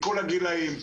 מכל הגילאים.